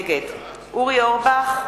נגד אורי אורבך,